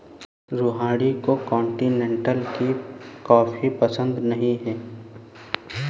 रोहिणी को कॉन्टिनेन्टल की कॉफी पसंद नहीं है